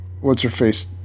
what's-her-face